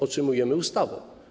Otrzymujemy ustawę.